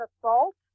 assault